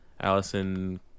Allison